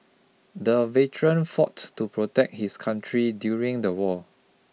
the veteran fought to protect his country during the war